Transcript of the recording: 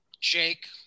Jake